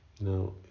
Now